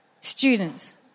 students